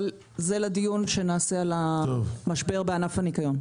אבל זה לדיון שנעשה על המשבר בענף הניקיון.